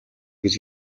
гэж